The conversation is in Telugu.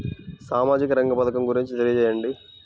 సామాజిక రంగ పథకం గురించి తెలియచేయండి?